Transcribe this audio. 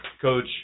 Coach